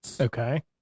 Okay